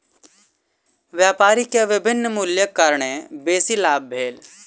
व्यापारी के विभिन्न मूल्यक कारणेँ बेसी लाभ भेल